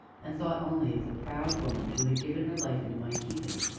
and thought only of the proud woman who had given her life into my keeping,